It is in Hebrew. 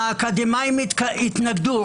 האקדמאים התנגדו,